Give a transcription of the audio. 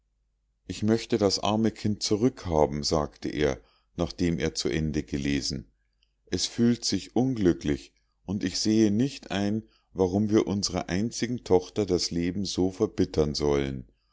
ich möchte das arme kind zurückhaben sagte er nachdem er zu ende gelesen es fühlt sich unglücklich und ich sehe nicht ein warum wir unsrer einzigen tochter das leben so verbittern sollen